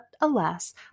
alas